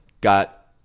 got